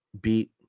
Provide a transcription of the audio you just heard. beat